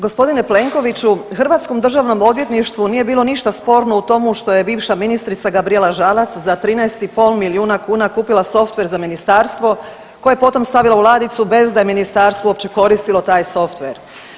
G. Plenkoviću, hrvatskom Državnom odvjetništvu nije bilo ništa sporno u tomu što je bivša ministrica Gabrijela Žalac za 13,5 milijuna kuna kupila softver za ministarstvo koje je potom stavila u ladicu bez da je ministarstvo uopće koristilo taj softver.